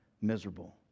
miserable